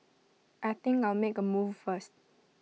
I think I'll make A move first